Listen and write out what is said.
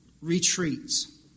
retreats